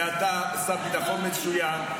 ואתה שר ביטחון מצוין,